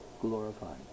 glorified